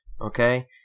okay